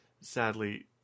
sadly